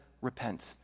repent